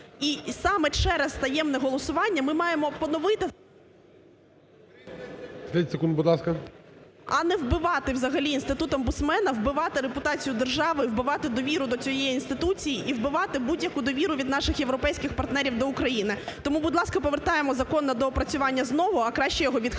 30 секунд, будь ласка. ШКРУМ А.І. … а не вбивати, взагалі, інститут омбудсмена вбивати репутацію держави, вбивати довіру до цієї інституції, і вбивати будь-яку довіру від наших європейських партнерів до України. Тому, будь ласка, повертаємо закон на доопрацювання знову, а краще його відхилити,